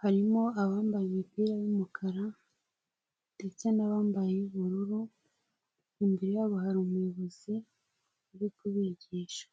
Harimo abambaye imipira y'umukara ndetse n'abambaye iy'ubururu. Imbere yabo hari umuyobozi uri kubigisha.